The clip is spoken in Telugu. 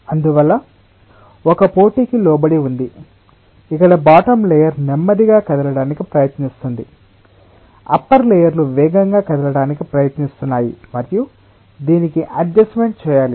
అందువల్ల ఇది ఒక పోటీకి లోబడి ఉంది ఇక్కడ బాటమ్ లేయర్ నెమ్మదిగా కదలడానికి ప్రయత్నిస్తుంది అప్పర్ లేయర్ లు వేగంగా కదలడానికి ప్రయత్నిస్తున్నాయి మరియు దీనికి అడ్జస్ట్మెంట్ చేయాలి